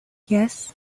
yes